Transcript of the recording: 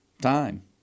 time